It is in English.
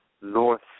North